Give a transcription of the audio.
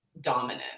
dominant